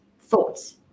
thoughts